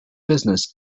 business